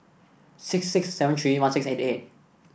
six six seven three one six eight eight